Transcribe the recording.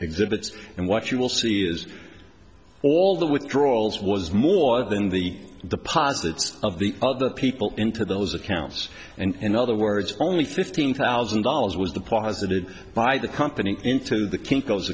exhibits and what you will see is all the withdrawals was more than the deposits of the other people into those accounts and in other words only fifteen thousand dollars was deposited by the company into the kinko's